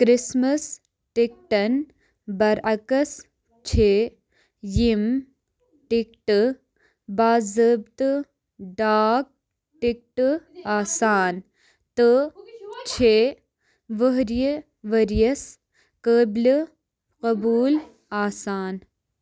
Christmas ٹِكٹن برعکس چھےٚ یِم ٹِکٹہٕ باضٲبطہٕ ڈاک ٹِکٹہٕ آسان تہٕ چھِ وٕہرِ ؤرۍ یس قٲبِلہِ قبوٗل آسان